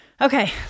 Okay